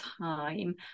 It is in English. time